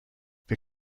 wir